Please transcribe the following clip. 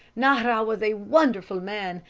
nahra was a wonderful man,